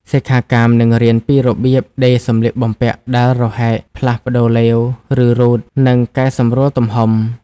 សិក្ខាកាមនឹងរៀនពីរបៀប ដេរសំលៀកបំពាក់ដែលរហែក ផ្លាស់ប្តូរឡេវ ឬរ៉ូត និងកែសម្រួលទំហំ។